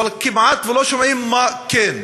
אבל כמעט שלא שומעים מה כן.